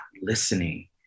listening